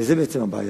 וזו בעצם הבעיה.